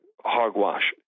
hogwash